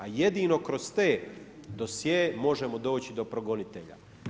A jedino kroz te dosjee možemo doći do progonitelja.